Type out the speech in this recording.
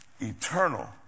eternal